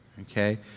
Okay